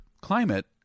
climate